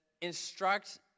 instruct